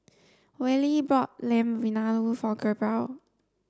Wally bought Lamb Vindaloo for Gabrielle